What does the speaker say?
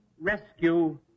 rescue